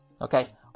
okay